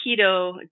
keto